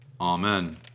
Amen